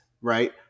right